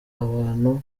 abantu